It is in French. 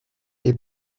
est